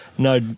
No